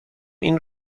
این